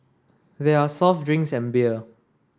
there are soft drinks and beer